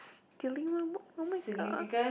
oh-my-god